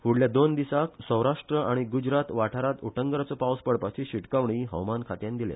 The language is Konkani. फुडल्या दोन दिसाक सौराष्ट्र आनी गुजरात वाठारात उटंगराचो पावस पडपाची शिटकावणी हवामान खात्यान दिल्या